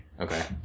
Okay